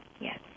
yes